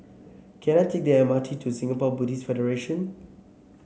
can I take the M R T to Singapore Buddhist Federation